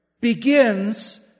begins